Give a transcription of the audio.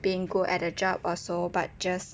being good at the job also but just